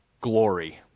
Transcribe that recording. glory